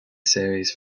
series